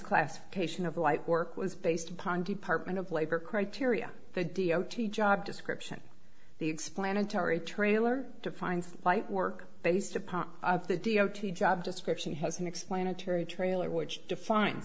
classification of light work was based upon department of labor criteria the d o t job description the explanatory trailer defines light work based upon the d o t job description has an explanatory trailer which define